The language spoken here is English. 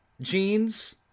jeans